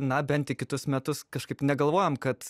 na bent į kitus metus kažkaip negalvojam kad